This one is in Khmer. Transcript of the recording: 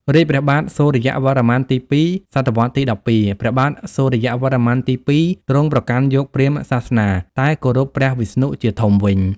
រាជ្យព្រះបាទសូរ្យវរ្ម័នទី២ (សតវត្សរ៍ទី ១២) ព្រះបាទសូរ្យវរ្ម័នទី២ ទ្រង់ប្រកាន់យកព្រាហ្មណ៍សាសនា តែគោរព ព្រះវិស្ណុ ជាធំវិញ។